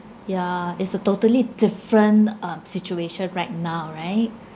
yeah is a totally different uh situation right now right